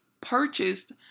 purchased